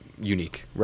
unique